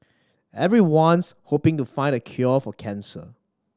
everyone's hoping to find the cure for cancer